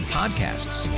podcasts